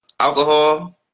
Alcohol